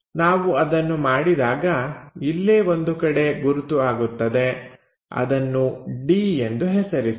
ನಾವು ಅದನ್ನು ಮಾಡಿದಾಗ ಇಲ್ಲೇ ಒಂದು ಕಡೆ ಗುರುತು ಆಗುತ್ತದೆ ಅದನ್ನು d ಎಂದು ಹೆಸರಿಸಿ